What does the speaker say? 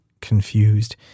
confused